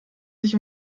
sich